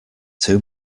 too